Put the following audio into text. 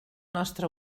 nostre